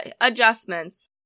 adjustments